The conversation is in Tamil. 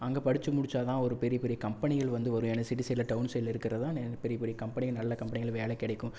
அங்கே படித்து முடிச்சாதான் ஒரு பெரிய பெரிய கம்பெனிகள் வந்து வரும் ஏன்னா சிட்டி சைடில் டவுன் சைடில் இருக்கிறதுதான் பெரிய பெரிய கம்பெனிகள் நல்ல கம்பெனிகள் வேலை கிடைக்கும்